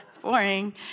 boring